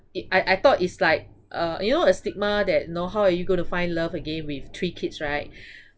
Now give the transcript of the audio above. it I I thought it's like uh you know a stigma that know how are you going to find love again with three kids right